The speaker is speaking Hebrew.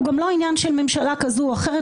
הוא גם לא עניין של ממשלה כזאת או אחרת,